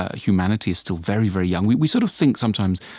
ah humanity is still very, very young. we we sort of think sometimes,